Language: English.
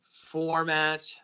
format